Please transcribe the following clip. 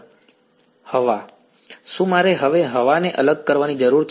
હવા શું મારે હવે હવાને અલગ કરવાની જરૂર છે